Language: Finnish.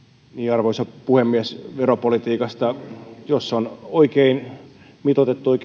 arvoisa puhemies veropolitiikasta jos on oikein mitoitettuja